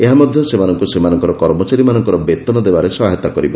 ଏହା ମଧ୍ୟ ସେମାନଙ୍କୁ ସେମାନଙ୍କର କର୍ମଚାରୀମାନଙ୍କର ବେତନ ଦେବାରେ ସହାୟତା କରିବ